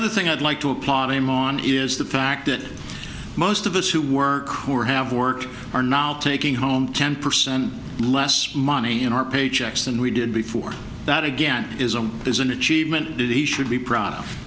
other thing i'd like to applaud him on is the fact that most of us who work or have work are now taking home ten percent less money in our paychecks than we did before that again is a is an achievement duty should be proud